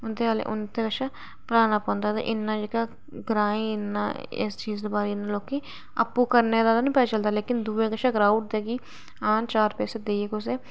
उं'दे आह्ले उं'दे कश भराना पौंदा ते इन्ना जेह्का ग्राएं च इन्ना इस चीज दे बारे च इन्ना लोकें गी आपूं करने दा ते नेईं पता चलदा लेकिन दूएं कशां कराई ओड़दे कि हां चार पैसे देइयै कुसै